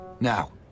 Now